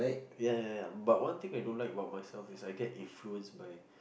ya ya ya but I thing I don't like about myself is I get influence by